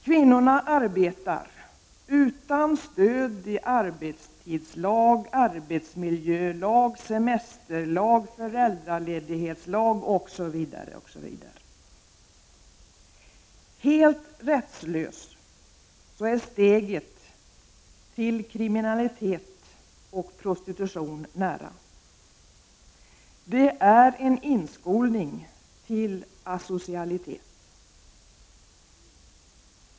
Kvinnorna arbetar utan stöd i arbetstidslagen, arbetsmiljölagen, semesterlagen, föräldraledighetslagen, osv. Är man helt rättslös, är steget till kriminalitet och prostitution nära. Det är en inskolning till asocialitet.